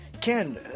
ken